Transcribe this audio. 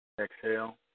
Exhale